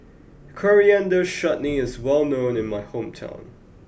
Coriander Chutney is well known in my hometown